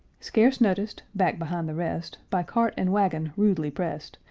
scarce noticed, back behind the rest, by cart and wagon rudely prest,